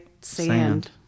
sand